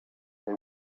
they